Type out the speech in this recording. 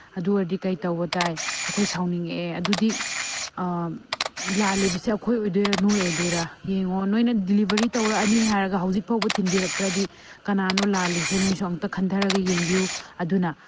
ꯑꯗꯨ ꯑꯣꯏꯔꯗꯤ ꯀꯩ ꯇꯧꯕ ꯇꯥꯏ ꯑꯩꯈꯣꯏ ꯁꯥꯎꯅꯤꯡꯉꯛꯑꯦ ꯑꯗꯨꯗꯤ ꯂꯥꯜꯂꯤꯕꯁꯦ ꯑꯩꯈꯣꯏ ꯑꯣꯏꯗꯣꯏꯔꯥ ꯅꯣꯏ ꯑꯣꯏꯗꯣꯏꯔꯥ ꯌꯦꯡꯉꯣ ꯅꯣꯏꯅ ꯗꯤꯂꯤꯚꯔꯤ ꯇꯧꯔꯛꯑꯅꯤ ꯍꯥꯏꯔꯒ ꯍꯧꯖꯤꯛ ꯐꯥꯎꯕ ꯊꯤꯟꯕꯤꯔꯛꯇ꯭ꯔꯗꯤ ꯀꯅꯥꯅꯣ ꯂꯥꯜꯂꯤꯁꯦ ꯅꯣꯏꯁꯨ ꯑꯝꯇ ꯈꯟꯊꯔꯒ ꯌꯦꯡꯕꯤꯌꯨ ꯑꯗꯨꯅ